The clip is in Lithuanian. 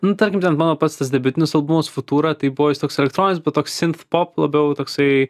nu tarkim ten mano pats tas debiutinis albumas futura tai buvo jis toks elektroninis bet toks sinft pop labiau toksai